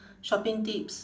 shopping tips